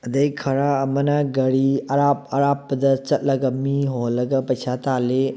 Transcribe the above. ꯑꯗꯩ ꯈꯔ ꯑꯃꯅ ꯒꯥꯔꯤ ꯑꯔꯥꯞ ꯑꯔꯥꯞꯄꯗ ꯆꯠꯂꯒ ꯃꯤ ꯍꯣꯜꯂꯒ ꯄꯩꯁꯥ ꯇꯥꯜꯂꯤ